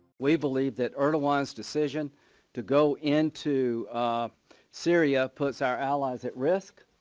we believe that erdogan's decision to go into syria puts our allies at risk.